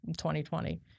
2020